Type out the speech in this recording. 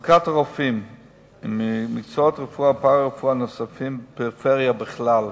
2 4. מצוקת הרופאים ומקצועות הרפואה והפארה-רפואה נוספים בפריפריה בכלל